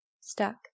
Stuck